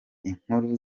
inkuru